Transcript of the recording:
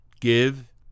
Give